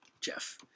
Jeff